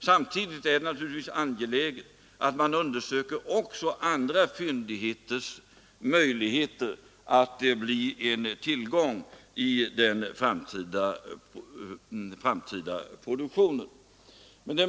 Samtidigt är det naturligtvis angeläget att man undersöker också andra fyndigheters möjligheter att bli en tillgång i den framtida produktionen.